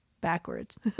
backwards